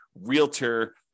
realtor